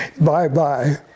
bye-bye